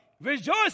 Rejoice